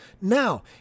Now